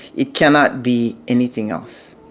it cannot be anything else.